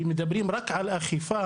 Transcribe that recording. ואם מדברים רק על אכיפה,